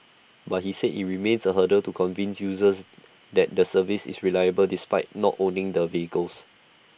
but he said IT remains A hurdle to convince users that the service is reliable despite not owning the vehicles